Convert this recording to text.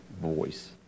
voice